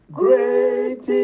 great